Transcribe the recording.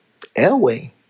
Elway